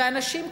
ואנשים,